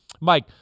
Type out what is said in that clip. Mike